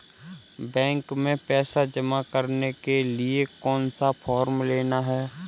Bank में पैसा जमा करने के लिए कौन सा फॉर्म लेना है?